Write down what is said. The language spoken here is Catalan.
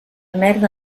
merda